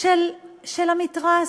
של המתרס?